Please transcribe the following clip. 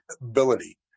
ability